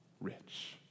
rich